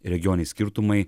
regioniniai skirtumai